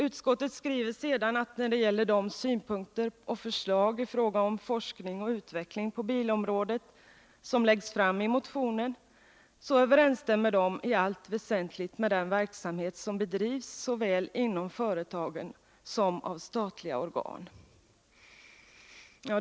Utskottet skriver sedan att de synpunkter och förslag i fråga om forskning och utveckling på bilområdet som läggs fram i motionen överensstämmer i allt väsentligt med den verksamhet som bedrivs såväl inom företagen som av statliga organ.